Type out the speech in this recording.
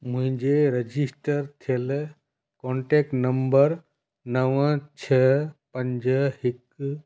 मुंहिंजे रजिस्टर थियल contact number नव छह पंज हिकु